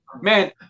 man